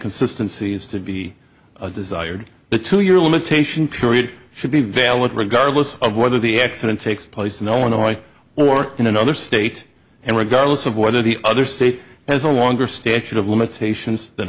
consistency is to be desired the two year limitation period should be valid regardless of whether the accident takes place in illinois or in another state and regardless of whether the other state has a longer statute of limitations than